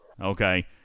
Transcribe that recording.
okay